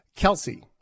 Kelsey